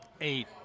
Eight